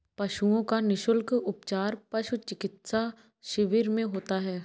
पशुओं का निःशुल्क उपचार पशु चिकित्सा शिविर में होता है